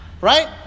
right